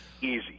easy